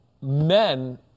men